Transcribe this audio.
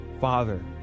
father